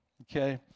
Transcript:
okay